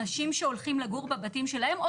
אנשים שהולכים לגור בבתים שלהם או